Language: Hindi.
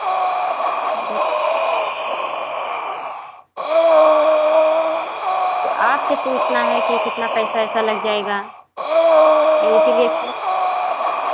अरे तो आपसे पूछना है कि कितना पैसा वैसा लग जाएगा इसीलिए फ़ोन